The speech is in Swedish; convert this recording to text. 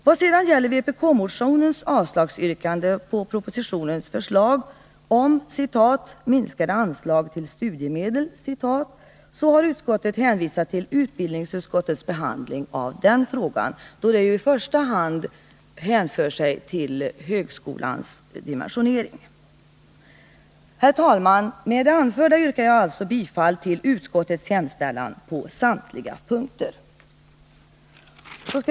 Vad sedan gäller vpk-motionens yrkande om avslag på propositionens förslag om ”minskade anslag till studiemedel” har utskottet hänvisat till utbildningsutskottets behandling av frågan, då den i första hand hänför sig till högskolans dimensionering. Herr talman! Med det anförda yrkar jag alltså bifall till utskottets hemställan på samtliga punkter.